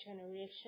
generation